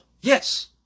Yes